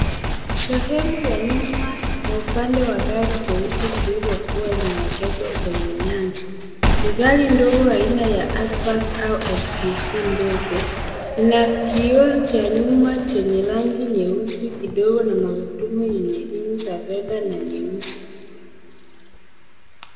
Sehemu ya nyuma na upande wa gari jeusi lililokuwa limeegezwa kwenye nyasi. Ni gari ndogo aina ya hackback au SUV ndogo. Ina kioo cha nyuma chenye rangi nyeusi kidogo na magurudumu yenye rimu za fedha na nyeusi.